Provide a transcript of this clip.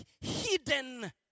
hidden